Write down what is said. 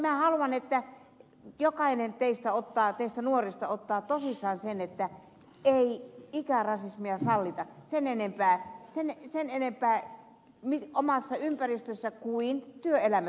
minä haluan että jokainen teistä nuorista ottaa tosissaan sen että ei ikärasismia sallita sen enempää omassa ympäristössä kuin työelämässäkään